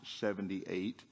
78